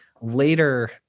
later